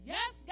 Yes